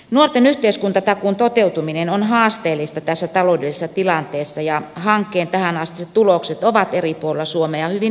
nuorten yhteiskuntatakuun toteutuminen on haasteellista tässä taloudellisessa tilanteessa ja hankkeen tähänastiset tulokset ovat eri puolilla suomea hyvin erilaisia